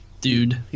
Dude